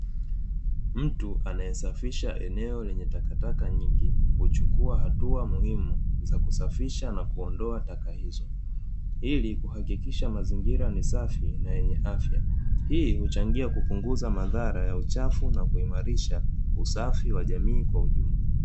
Mtu anayesafisha eneo lenye takataka nyingi huchukua hatua muhimu za kusafisha na kuondoa taka hizo, Ili kuahakikisha mazingira ni safi na yenye afya, Hii hupunguza madhara ya uchafu na kuimarisha usafi wa jamii kwa ujumla.